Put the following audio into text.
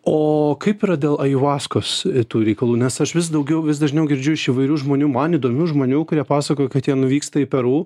o kaip yra dėl ajuvaskos tų reikalų nes aš vis daugiau vis dažniau girdžiu iš įvairių žmonių man įdomių žmonių kurie pasakojo kad jie nuvyksta į peru